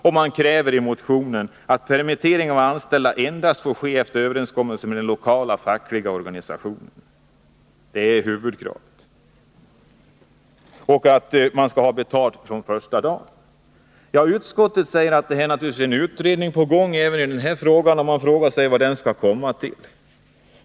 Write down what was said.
I motionen krävs att permittering av anställda endast får ske efter överenskommelse med den fackliga organisationen — det är huvudkravet — och att man skall ha betalt från första dagen av en permittering. Utskottet säger naturligtvis att en utredning är på gång även på detta område. Man frågar sig då vad den skall komma fram till.